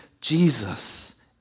Jesus